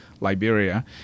Liberia